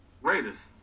Raiders